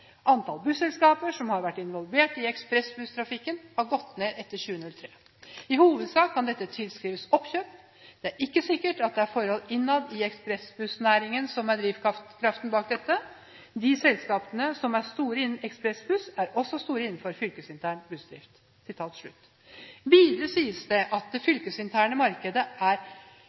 som har vært involvert i ekspressbusstrafikken har gått ned etter 2003. I hovedsak kan dette tilskrives oppkjøp. Det er ikke sikkert at det er forhold innad i ekspressbussnæringen som er drivkraften bak dette. De selskapene som er store innen ekspressbuss er også store innenfor fylkesintern bussdrift.» Videre sies det at det fylkesinterne markedet er